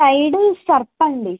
tide Surf అండి